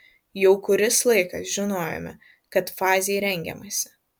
jau kuris laikas žinojome kad fazei rengiamasi